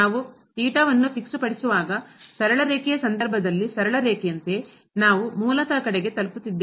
ನಾವು ಥೀಟಾವನ್ನು ಫಿಕ್ಸ್ ಪಡಿಸುವಾಗ ಸರಳ ರೇಖೆಯ ಸಂದರ್ಭದಲ್ಲಿ ಸರಳ ರೇಖೆಯಂತೆ ನಾವು ಮೂಲತಃ ಕಡೆಗೆ ತಲುಪುತ್ತಿದ್ದೇವೆ